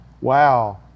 wow